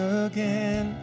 again